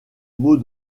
mots